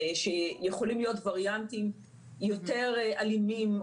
שיכולים להיות וריאנטים יותר אלימים.